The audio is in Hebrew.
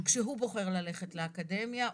כשהוא בוחר ללכת לאקדמיה.